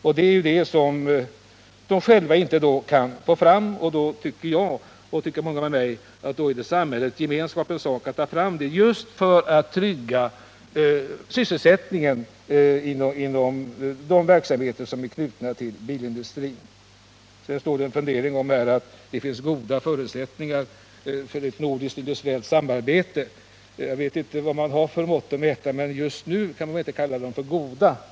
Eftersom den svenska bilindustrin inte själv kan få fram dessa resurser tycker jag, och många med mig, att det är samhällets gemensamma sak att ta fram resurserna och detta just för att trygga sysselsättningen inom de verksamheter som utgör bilindustrin. Sedan står det i svaret att det finns ”goda förutsättningar till ett nordiskt industriellt samarbete”. Jag vet inte med vilket mått man mäter, men just nu kan man inte kalla förutsättningarna för goda.